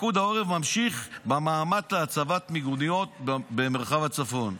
פיקוד העורף ממשיך במאמץ להצבת מיגוניות במרחב הצפון.